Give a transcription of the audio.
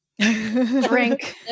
Drink